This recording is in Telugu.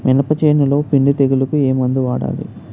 మినప చేనులో పిండి తెగులుకు ఏమందు వాడాలి?